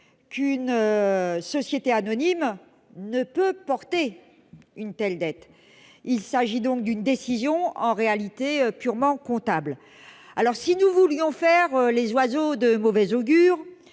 qu'une société anonyme ne peut porter une telle dette, il s'agit donc d'une décision en réalité purement comptable, alors si nous voulions faire les oiseaux de mauvais augure,